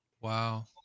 Wow